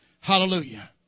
Hallelujah